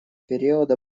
периода